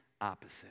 opposite